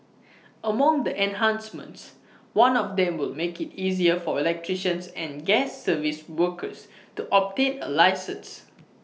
among the enhancements one of them would make IT easier for electricians and gas service workers to obtain A licence